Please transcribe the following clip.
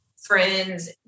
friends